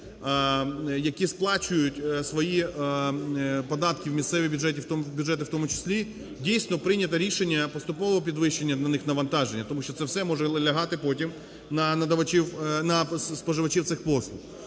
які сплачують свої податки в місцеві бюджети в тому числі, дійсно, прийнято рішення поступового підвищення на них навантаження, тому що це все може лягати потім на споживачів цих послуг.